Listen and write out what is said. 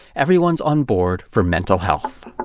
everyone's on board for mental health.